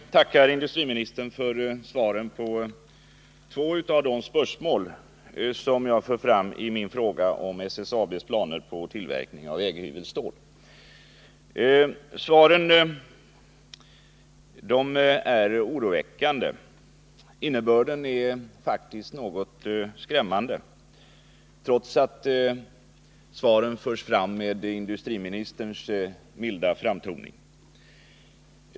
Herr talman! Jag tackar industriministern för svaren på två av de spörsmål som jag för fram i min fråga om SSAB:s planer på tillverkning av väghyvelstål. Svaren är oroväckande. Innebörden är faktiskt något skrämmande, trots att svaren förs fram med industriministerns milda framtoning.